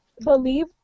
believe